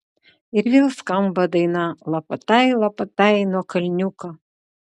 ir vėl skamba daina lapatai lapatai nuo kalniuko